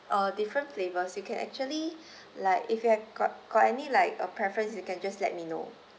uh different flavours you can actually like if you have got got any like a preference you can just let me know